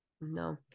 No